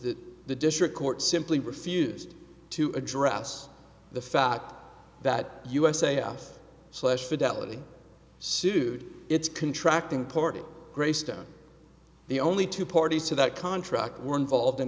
that the district court simply refused to address the fact that u s a s slash fidelity sued its contract imported greystone the only two parties to that contract were involved